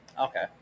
okay